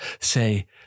say